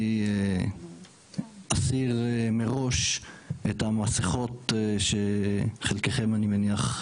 אסיר מראש את המסכות שחלקכם אני מניח,